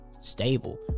stable